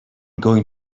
going